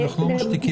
אנחנו לא משתיקים.